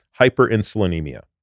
hyperinsulinemia